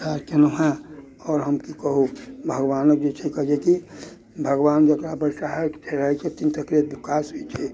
केनहुँ आओर हम कि कहु भगवानक जे छै कि भगवान जकरापर सहायक रहै छथिन तकरे विकास होइ छै